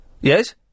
Yes